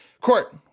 court